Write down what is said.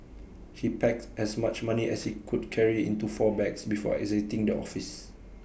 he packed as much money as he could carry into four bags before exiting the office